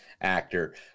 actor